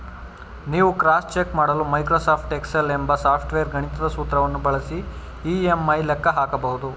ನೀವು cross check ಮಾಡಲು Microsoft Excel ಎಂಬ ಸಾಫ್ಟ್ವೇರ್ ಗಣಿತದ ಸೂತ್ರವನ್ನು ಬಳಸಿ ಇ.ಎಂ.ಐ ಲೆಕ್ಕ ಹಾಕಬಹುದು